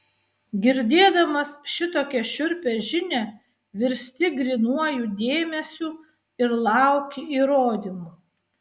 girdėdamas šitokią šiurpią žinią virsti grynuoju dėmesiu ir lauki įrodymų